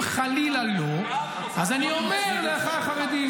אם חלילה לא, אז אני אומר לאחיי החרדים: